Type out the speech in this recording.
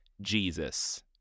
Jesus